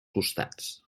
costats